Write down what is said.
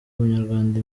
munyarwanda